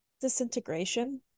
Disintegration